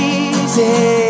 easy